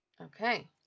Okay